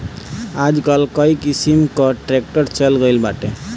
आजकल कई किसिम कअ ट्रैक्टर चल गइल बाटे